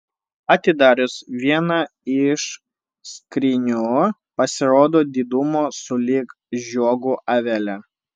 atidarius vieną iš skrynių pasirodo didumo sulig žiogu avelė